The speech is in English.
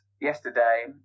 yesterday